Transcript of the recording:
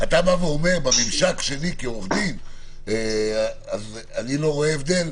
אתה אומר: בממשק שלי כעורך דין אני לא רואה הבדל,